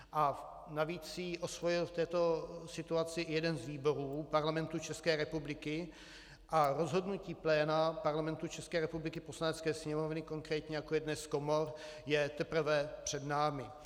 A navíc si ji osvojil v této situaci i jeden z výborů Parlamentu České republiky, a rozhodnutí pléna Parlamentu České republiky, Poslanecké sněmovny konkrétně, jako jedné z komor, je teprve před námi.